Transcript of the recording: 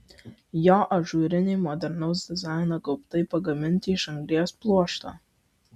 jo ažūriniai modernaus dizaino gaubtai pagaminti iš anglies pluošto